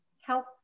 help